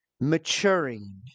maturing